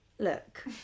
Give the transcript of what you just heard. Look